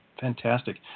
Fantastic